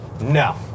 No